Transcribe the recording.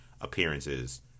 appearances